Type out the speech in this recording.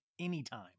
anytime